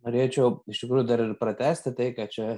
norėčiau iš tikrųjų dar ir pratęsti tai ką čia